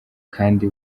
kandi